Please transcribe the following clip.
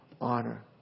honor